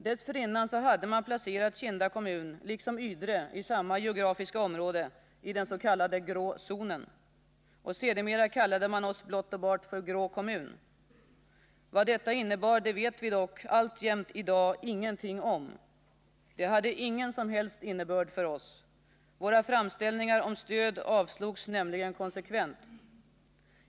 Dessförinnan hade man placerat Kinda kommun, liksom Ydre i samma geografiska område, i dens.k. grå zonen. Sedermera kallade man oss blott och bart grå kommun. Vad detta innebar vet vi dock alltjämt i dag ingenting om. Det hade ingen som helst innebörd för oss. Våra framställningar om stöd avslogs nämligen konsekvent.